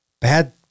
bad